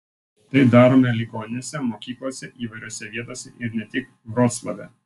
tai darome ligoninėse mokyklose įvairiose vietose ir ne tik vroclave